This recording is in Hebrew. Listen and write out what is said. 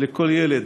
לכל ילד,